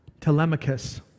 Telemachus